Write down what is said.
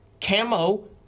camo